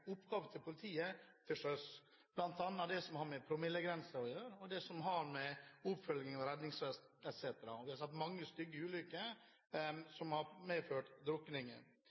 oppgaver til politiet til sjøs, bl.a. det som har med promillegrenser og oppfølging av bruk av redningsvest etc. å gjøre. Vi har sett mange stygge ulykker som har medført